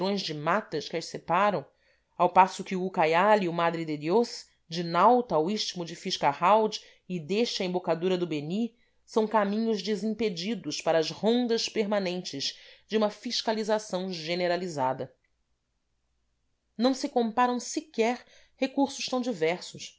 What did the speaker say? estirões de matas que as separam ao passo que o ucaiali e o madre de diós de nauta ao istmo de fitz gerald e deste à embocadura do beni são caminhos desimpedidos para as rondas permanentes de uma fiscalização generalizada não se comparam sequer recursos tão diversos